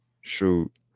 shoot